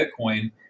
Bitcoin